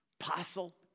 Apostle